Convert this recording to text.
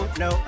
no